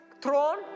throne